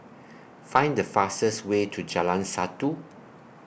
Find The fastest Way to Jalan Satu